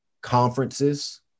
conferences